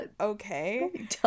Okay